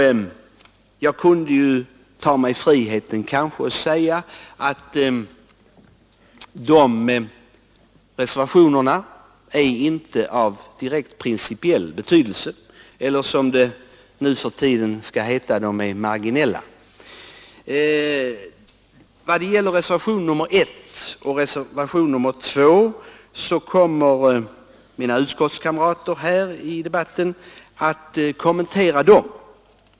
Jag kunde kanske ta mig friheten att säga att reservationerna inte är av direkt principiell betydelse, eller att de är — som det nu för tiden skall heta — marginella. I vad gäller reservationerna 1 och 2 kommer mina utskottskamrater att här i debatten kommentera dem.